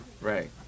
Right